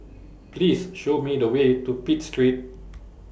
Please Show Me The Way to Pitt Street